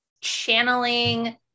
channeling